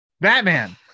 batman